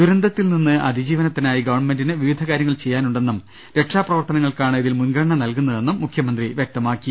ദൂരന്തത്തിൽ നിന്ന് അതി ജീവനത്തിനായി ഗവൺ മെന്റിന് വിവിധ കാര്യങ്ങൾ ചെയ്യാനുണ്ടെന്നും രക്ഷാപ്ര വർത്തനങ്ങൾക്കാണ് ഇതിൽ മുൻഗണന നൽകുന്നതെന്നും മുഖ്യമന്ത്രി വ്യക്തമാ ക്കി